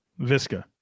Visca